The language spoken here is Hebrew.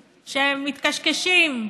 שמתקשקשים: